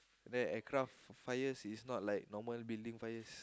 then aircraft fires is not like normal building fires